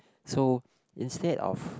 so instead of